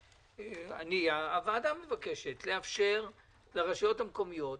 הוועדה מבקשת לאפשר לרשויות המקומיות,